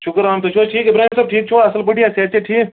شُکُران تُہۍ چھِو حظ ٹھیٖک اِبراہم صٲب ٹھیٖک چھِوا اَصٕل پٲٹھی یا صحت چھا ٹھیٖک